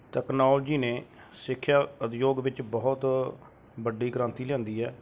technology ਨੇ ਸਿੱਖਿਆ ਉਦਯੋਗ ਵਿੱਚ ਬਹੁਤ ਵੱਡੀ ਕ੍ਰਾਂਤੀ ਲਿਆਂਦੀ ਹੈ